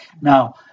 now